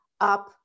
up